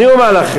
אני אומר לכם,